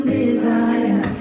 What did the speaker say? desire